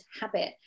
habit